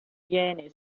viene